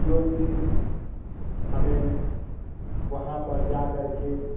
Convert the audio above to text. जोकि हमें वहाँ पर जाकर के